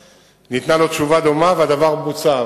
2. מתי יבוצע הפרויקט?